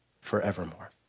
forevermore